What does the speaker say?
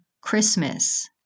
Christmas